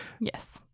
Yes